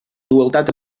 igualtat